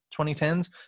2010s